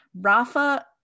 Rafa